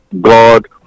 God